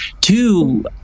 Two